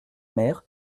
mer